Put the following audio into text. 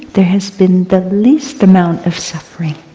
there has been the least amount of suffering.